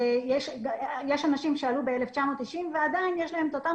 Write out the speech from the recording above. יש אנשים שאלו ב-1990 ועדיין יש להם את אותם